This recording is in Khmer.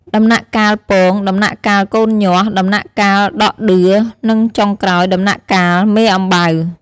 ដំណាក់កាលពង, ដំណាក់កាលកូនញាស់, ដំណាក់កាលដក់ដឿ និងចុងក្រោយដំណាក់កាលមេអំបៅ។